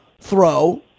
throw